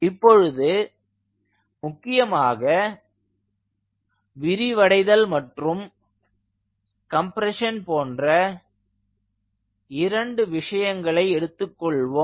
இப்பொழுது முக்கியமாக விரிவடைதல் மற்றும் கம்ப்ரெஷன் போன்ற இரண்டு விஷயங்களை எடுத்துக் கொள்வோம்